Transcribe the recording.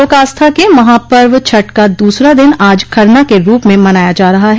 लोक आस्था के महापर्व छठ का दूसरा दिन आज खरना के रूप में मनाया जा रहा है